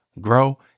grow